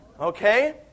Okay